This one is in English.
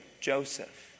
Joseph